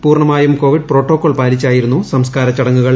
പൂർണമായും Covid protocol പാലിച്ചായിരുന്നു സംസ്കാര ചടങ്ങുകൾ